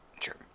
Sure